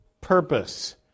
Purpose